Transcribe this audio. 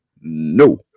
No